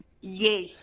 Yes